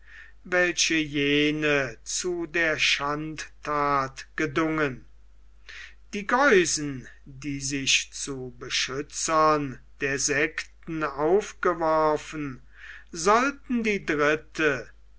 welche jene zu der schandthat gedungen die geusen die sich zu beschützern der sekten aufgeworfen sollten die dritte